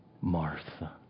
Martha